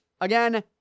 Again